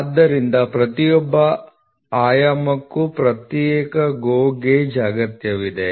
ಆದ್ದರಿಂದ ಪ್ರತಿಯೊOದು ಆಯಾಮಕ್ಕೂ ಪ್ರತ್ಯೇಕ GO ಗೇಜ್ ಅಗತ್ಯವಿದೆ